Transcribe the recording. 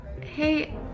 Hey